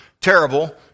terrible